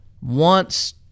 wants